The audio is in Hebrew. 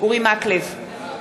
אורי מקלב,